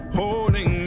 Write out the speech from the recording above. holding